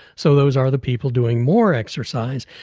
so those are the people doing more exercise,